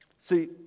See